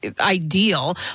ideal